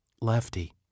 Lefty